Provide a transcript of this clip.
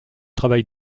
travail